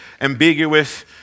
ambiguous